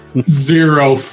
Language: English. Zero